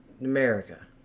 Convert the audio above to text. America